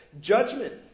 Judgment